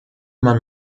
man